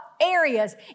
areas